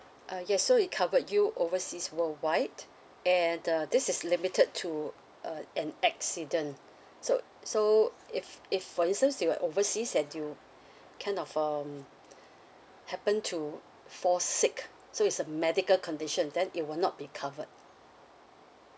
uh yes so it covered you overseas worldwide and the this is limited to uh an accident so so if if for instance you are overseas and you kind of um happen to fall sick so it's a medical condition then it will not be covered